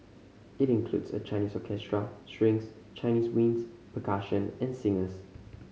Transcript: it includes a Chinese orchestra strings Chinese winds percussion and singers